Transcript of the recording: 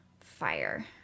fire